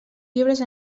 llibres